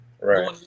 Right